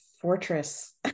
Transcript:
fortress